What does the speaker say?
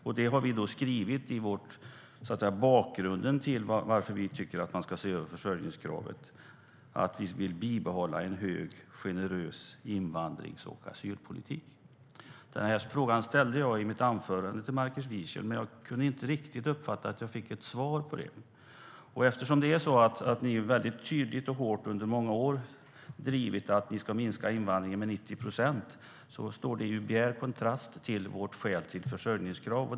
Och det har vi skrivit som bakgrund till varför vi tycker att man ska se över försörjningskravet; vi vill bibehålla en hög, generös invandrings och asylpolitik.I mitt anförande ställde jag en fråga till Markus Wiechel, men jag kunde inte riktigt uppfatta ett svar. Ni har, under många år, tydligt och hårt drivit att ni ska minska invandringen med 90 procent, Markus Wiechel. Det står i bjärt kontrast till vårt skäl till försörjningskrav.